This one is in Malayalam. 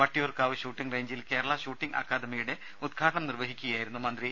വട്ടിയൂർക്കാവ് ഷൂട്ടിംഗ് റേഞ്ചിൽ കേരള ഷൂട്ടിംഗ് അക്കാദമിയുടെ ഉദ്ഘാടനം നിർവഹിച്ച് സംസാരിക്കു കയായിരുന്നു അദ്ദേഹം